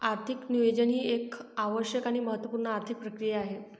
आर्थिक नियोजन ही एक आवश्यक आणि महत्त्व पूर्ण आर्थिक प्रक्रिया आहे